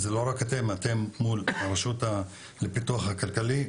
זה לא רק אתם, אתם מול הרשות לפיתוח הכלכלי,